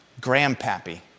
grandpappy